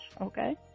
okay